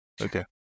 Okay